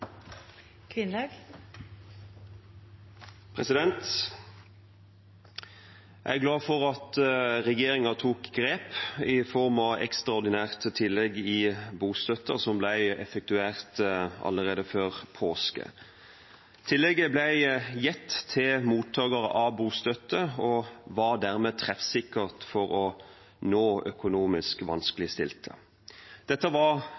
glad for at regjeringen tok grep i form av et ekstraordinært tillegg i bostøtten, som ble effektuert allerede før påske. Tillegget ble gitt til mottakere av bostøtte og var dermed treffsikkert overfor økonomisk vanskeligstilte. Dette var